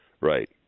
Right